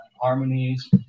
harmonies